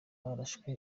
barashwe